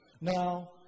Now